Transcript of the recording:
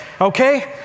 Okay